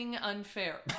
unfair